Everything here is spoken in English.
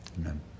Amen